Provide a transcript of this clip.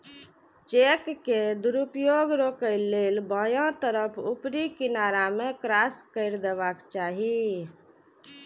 cheque के दुरुपयोग रोकै लेल बायां तरफ ऊपरी किनारा मे क्रास कैर देबाक चाही